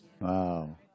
Wow